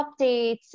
updates